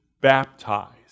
baptized